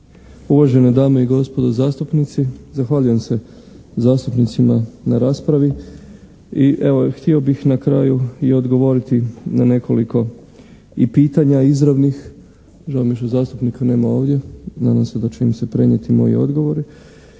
uvažene dame i gospodo zastupnici. Zahvaljujem se zastupnicima na raspravi i evo, htio bih na kraju i odgovoriti na nekoliko i pitanja izravnih. Žao mi je što zastupnika nema ovdje, nadam se da će im se prenijeti moji odgovori.